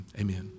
Amen